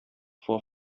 for